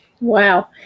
Wow